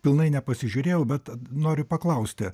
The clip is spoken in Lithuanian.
pilnai nepasižiūrėjau bet noriu paklausti